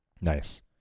nice